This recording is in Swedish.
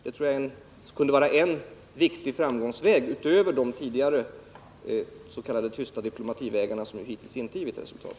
Jag tror att detta skulle vara en viktig framgångsväg utöver de tidigare s.k. tysta diplomativägarna som hittills inte har gett resultat.